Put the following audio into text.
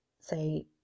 say